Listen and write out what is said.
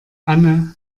anne